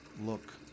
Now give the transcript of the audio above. look